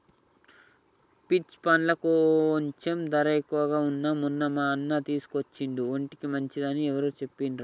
peach పండ్లు కొంచెం ధర ఎక్కువగా వున్నా మొన్న మా అన్న తీసుకొచ్చిండు ఒంటికి మంచిది అని ఎవరో చెప్పిండ్రంట